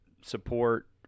support